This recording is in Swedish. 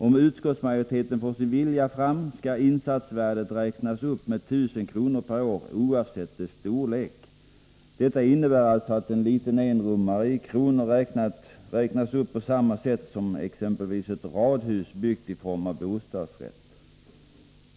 Om utskottsmajoriteten får sin vilja fram skall insatsvärdet räknas upp med 1 000 kronor per år oavsett dess storlek. Det innebär att en liten enrummare i kronor räknas upp på samma sätt som exempelvis ett radhus upplåtet med bostadsrätt.